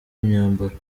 imyambaro